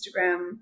Instagram